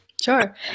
Sure